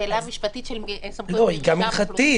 היא שאלה משפטית של סמכויות מרשם אוכלוסין,